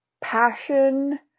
passion